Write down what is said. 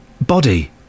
body